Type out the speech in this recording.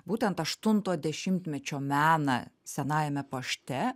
būtent aštunto dešimtmečio meną senajame pašte